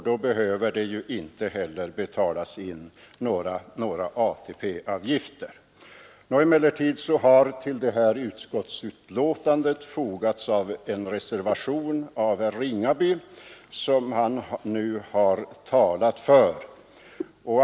Då behöver inte heller några ATP-avgifter betalas in. Emellertid har till detta utskottsbetänkande fogats en reservation av herrar Ringaby och Andersson i Ljung, som herr Ringaby nu talat för.